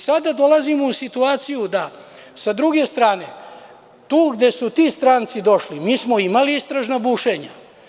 Sada dolazimo u situaciju da, sa druge strane, tu gde su ti stranci došli mi smo imali istražna bušenja.